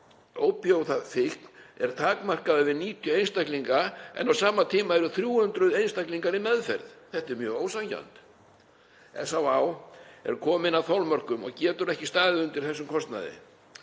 ópíóíðafíkn takmarkaður við 90 einstaklinga en á sama tíma eru 300 einstaklingar í meðferð. Þetta er mjög ósanngjarnt. SÁÁ eru komin að þolmörkum og geta ekki staðið undir þessum kostnaði.